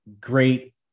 great